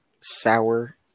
sour